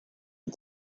que